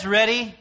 ready